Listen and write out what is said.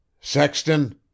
Sexton